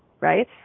right